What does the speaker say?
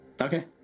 Okay